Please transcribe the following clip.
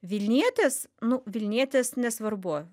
vilnietis nu vilnietis nesvarbu